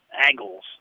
angles